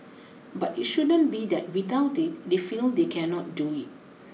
but it shouldn't be that without it they feel they cannot do it